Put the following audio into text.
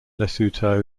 lesotho